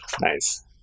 Nice